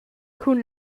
cun